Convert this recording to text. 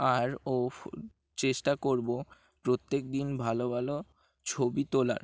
আর ও চেষ্টা করবো প্রত্যেক দিন ভালো ভালো ছবি তোলার